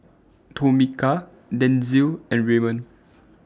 Tomika Denzil and Raymond